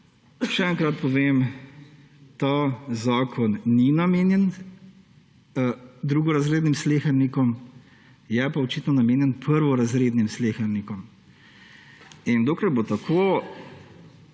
Še enkrat povem, ta zakon ni namenjen drugorazrednim slehernikom, je pa očitno namenjen prvorazrednim slehernikom. In dokler bo tako,